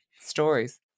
stories